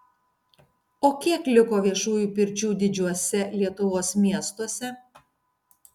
o kiek liko viešųjų pirčių didžiuose lietuvos miestuose